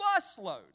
busload